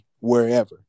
wherever